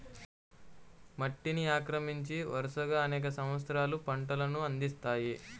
మట్టిని ఆక్రమించి, వరుసగా అనేక సంవత్సరాలు పంటలను అందిస్తాయి